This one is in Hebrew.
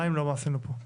אם לא, לא צריך את הרשות.